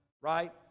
right